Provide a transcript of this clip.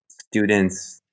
students